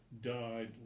died